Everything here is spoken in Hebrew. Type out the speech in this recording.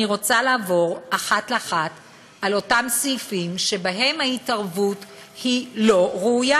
אני רוצה לעבור אחד-אחד על אותם סעיפים שבהם ההתערבות היא לא ראויה,